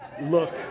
look